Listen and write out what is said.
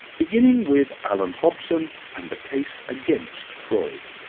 beginning with allan hobson and the case against freud.